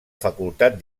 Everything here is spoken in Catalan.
facultat